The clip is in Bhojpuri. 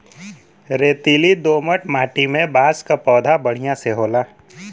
रेतीली दोमट माटी में बांस क पौधा बढ़िया से होला